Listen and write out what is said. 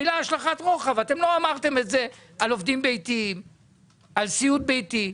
לא אמרתם השלכת רוחב על סיעוד ביתי,